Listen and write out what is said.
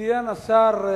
ציין השר,